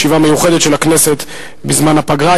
ישיבה מיוחדת של הכנסת בזמן הפגרה.